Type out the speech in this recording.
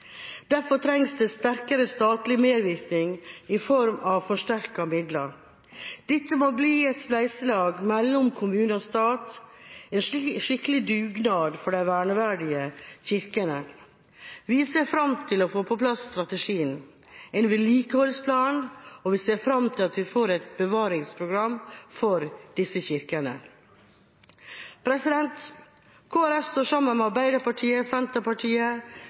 Derfor trengs det sterkere statlig medvirkning i form av forsterkede midler. Dette må bli et spleiselag mellom kommune og stat, en skikkelig dugnad for de verneverdige kirkene. Vi ser fram til å få på plass strategien, en vedlikeholdsplan, og vi ser fram til at vi får et bevaringsprogram for disse kirkene. Kristelig Folkeparti står sammen med Arbeiderpartiet, Senterpartiet,